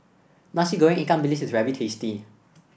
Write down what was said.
Nasi Goreng Ikan Bilis is very tasty